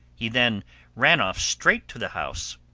he then ran off straight to the house,